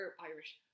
Irish